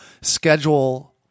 schedule –